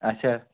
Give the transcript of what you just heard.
اچھا